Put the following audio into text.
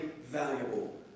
valuable